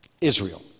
Israel